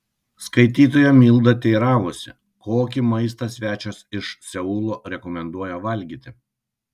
skaitytoja milda teiravosi kokį maistą svečias iš seulo rekomenduoja valgyti